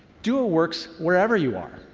duo works wherever you are,